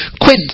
quit